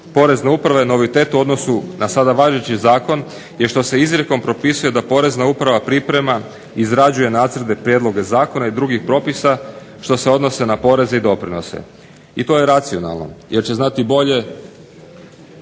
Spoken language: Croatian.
Porezne uprave novitet u odnosu na sada važeći zakon je što se izrijekom propisuje da Porezna uprava priprema, izrađuje nacrte, prijedloge zakona i drugih propisa što se odnose na poreze i doprinose. I to je racionalno jer će znati bolje